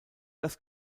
das